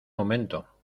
momento